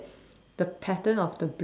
the pattern of the blood